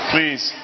Please